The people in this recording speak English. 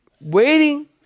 Waiting